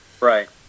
Right